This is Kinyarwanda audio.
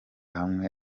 hamwe